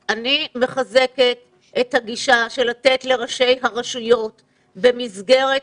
אני מחזקת את הגישה האומרת לתת לראשי הרשויות במסגרת